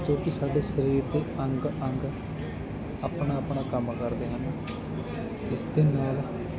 ਕਿਉਂਕਿ ਸਾਡੇ ਸਰੀਰ ਦੇ ਅੰਗ ਅੰਗ ਆਪਣਾ ਆਪਣਾ ਕੰਮ ਕਰਦੇ ਹਨ ਇਸਦੇ ਨਾਲ